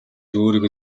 өөрийгөө